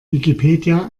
wikipedia